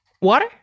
Water